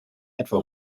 etwa